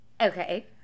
Okay